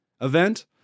event